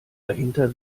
dahinter